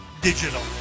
digital